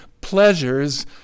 pleasures